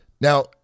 Now